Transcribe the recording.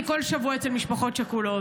אני כל שבוע אצל משפחות שכולות.